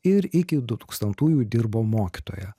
ir iki du tūkstantųjų dirbo mokytoja